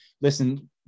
listen